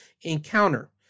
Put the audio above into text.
encounter